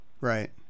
Right